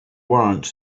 warrant